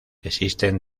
existen